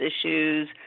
issues